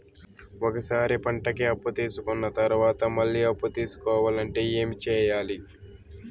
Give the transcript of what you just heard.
ఒక సారి పంటకి అప్పు తీసుకున్న తర్వాత మళ్ళీ అప్పు తీసుకోవాలంటే ఏమి చేయాలి?